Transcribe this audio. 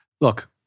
Look